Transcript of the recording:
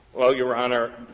well, your honor,